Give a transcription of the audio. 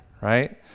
right